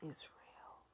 Israel